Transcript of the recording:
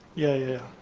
yeah,